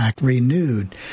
renewed